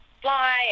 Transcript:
fly